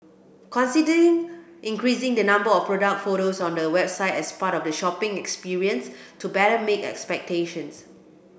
consider increasing the number of product photos on your website as part of the shopping experience to better meet expectations